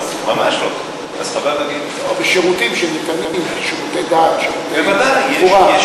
בשירותים שניתנים, שירותי דת, שירותי קבורה.